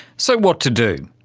so what to do?